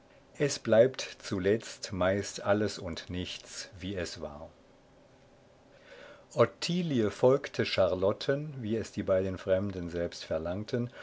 es bleibt zuletzt meist alles und nichts wie es war ottilie folgte charlotten wie es die beiden fremden selbst verlangten